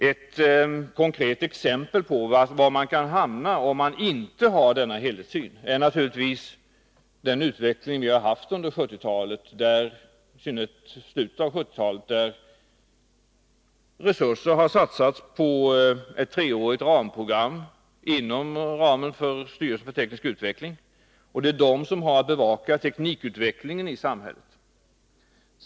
Ett konkret exempel på var man kan hamna, om man inte har denna helhetssyn, är utvecklingen under 1970-talet, i synnerhet i slutet av 1970-talet, då resurser har satsats på ett treårigt ramprogram inom ramen för styrelsen för teknisk utveckling, som ju har att bevaka teknikutvecklingen i samhället.